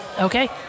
Okay